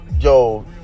Yo